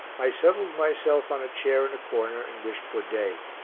i settled myself on a chair in a corner and wished for day.